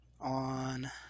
On